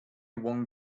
one